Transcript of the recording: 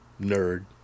nerd